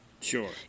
Sure